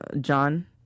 John